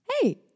Hey